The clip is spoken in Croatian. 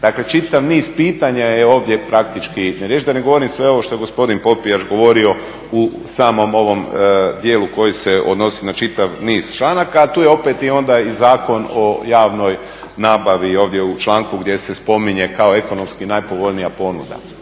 Dakle, čitav niz pitanja je ovdje praktički, da ne govorim sve ovo što je gospodin Popijač govorio u samom ovom dijelu koji se odnosi na čitav niz članaka. A tu je opet onda i Zakon o javnoj nabavi, ovdje u članku gdje se spominje kao ekonomski najpovoljnija ponuda.